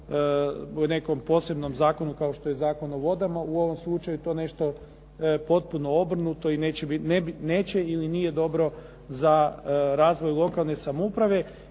u nekom posebnom zakonu kao što je Zakon o vodama. U ovom slučaju to je nešto potpuno obrnuto i neće ili nije dobro za razvoj lokalne samouprave,